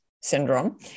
syndrome